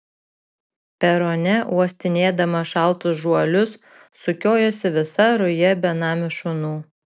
perone uostinėdama šaltus žuolius sukiojosi visa ruja benamių šunų